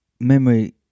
memory